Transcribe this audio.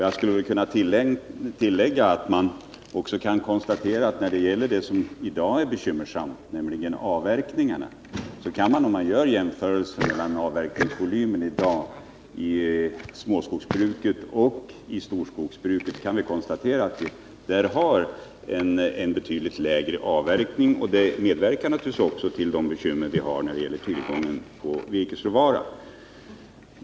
Jag skulle kunna tillägga att också när det gäller det som i dag är bekymmersamt, nämligen avverkningarna, vid jämförelser mellan avverkningsvolymen i dag i småskogsbruket och i storskogsbruket kan man konstatera en betydligt lägre avverkning i småskogsbruket. Detta medverkar naturligtvis till de bekymmer som vi har för tillgången till virkesråvara.